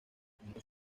entonces